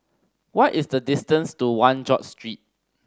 what is the distance to One George Street